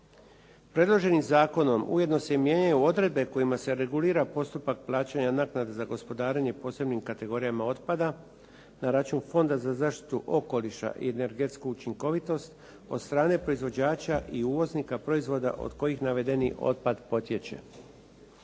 Predloženim zakonom ujedno se i mijenjaju odredbe kojima se regulira postupak plaćanja naknade za gospodarenje posebnim kategorijama otpada na račun Fonda za zaštitu okoliša i energetsku učinkovitost od strane proizvođača i uvoznika proizvoda od kojih navedeni otpad protječe.